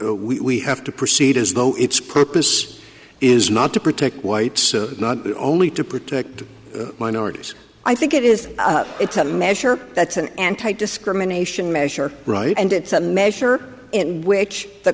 we have to proceed as though its purpose is not to protect whites not only to protect minorities i think it is it's a measure that's an anti discrimination measure right and it's a measure in which the